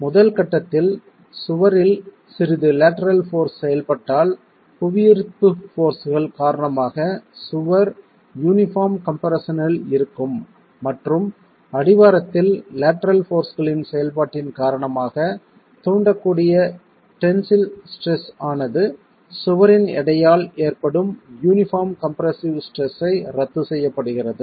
எனவே முதல் கட்டத்தில் சுவரில் சிறிது லேட்டரல் போர்ஸ் செயல்பட்டால் புவியீர்ப்பு போர்ஸ்கள் காரணமாக சுவர் யூனிபார்ம் கம்ப்ரெஸ்ஸனில் இருக்கும் மற்றும் அடிவாரத்தில் லேட்டரல் போர்ஸ்களின் செயல்பாட்டின் காரணமாக தூண்டக்கூடிய டென்சில் ஸ்ட்ரெஸ் ஆனது சுவரின் எடையால் ஏற்படும் யூனிபார்ம் கம்ப்ரெஸ்ஸவ் ஸ்ட்ரெஸ்ஸை ரத்து செய்யப்படுகிறது